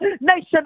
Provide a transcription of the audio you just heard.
Nation